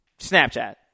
Snapchat